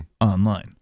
online